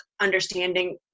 understanding